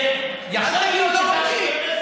אל תגיד לא חוקי.